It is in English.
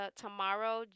tomorrow